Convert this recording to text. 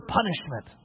punishment